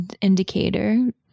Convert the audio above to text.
indicator